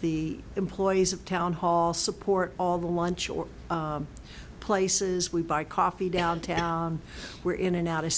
the employees of town hall support all the lunch or places we buy coffee downtown where in and out of